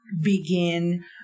Begin